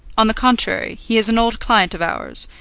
on the contrary, he is an old client of ours,